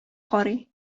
карый